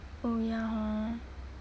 oh ya hor